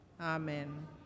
amen